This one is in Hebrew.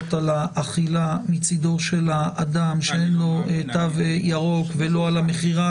על האכילה מצדו של האדם שאין לו תו ירוק ולא על המכירה.